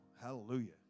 Hallelujah